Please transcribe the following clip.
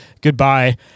Goodbye